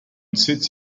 sits